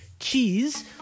Cheese